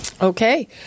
Okay